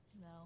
no